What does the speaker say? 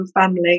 family